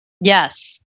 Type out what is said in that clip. yes